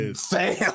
Sam